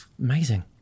amazing